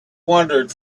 wandered